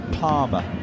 Palmer